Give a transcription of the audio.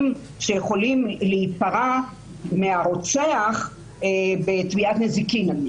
שיכולים להיפרע מהרוצח בתביעת נזיקין,